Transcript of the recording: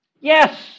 Yes